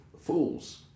fools